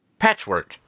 Patchwork